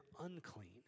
unclean